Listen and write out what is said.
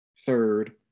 third